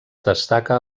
destaca